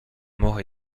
mort